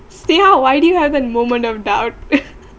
[sial] why do you have a moment of doubt